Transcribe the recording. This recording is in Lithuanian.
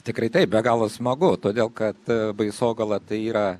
tikrai taip be galo smagu todėl kad baisogala tai yra